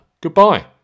Goodbye